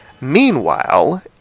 meanwhile